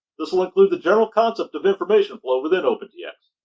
this will include the general concept of information flow within opentx.